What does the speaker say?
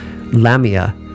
Lamia